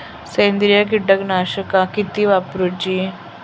सेंद्रिय कीटकनाशका किती वापरूची?